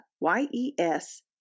Y-E-S